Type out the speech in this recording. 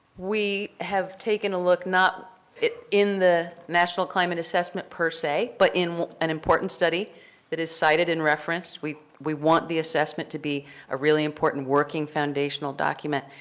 we have taken a look not in the national climate assessment per say, but in an important study that is cited and referenced. we we want the assessment to be a really important working foundational document.